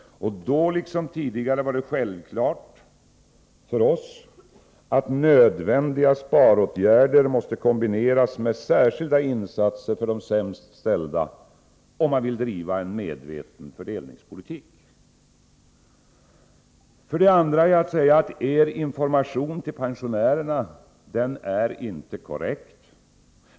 Då liksom tidigare var det självklart för oss att nödvändiga sparåtgärder måste kombineras med särskilda insatser för de sämst ställda, om man vill driva en medveten fördelningspolitik. För det andra är att säga att er information till pensionärerna inte är korrekt.